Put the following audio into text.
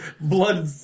blood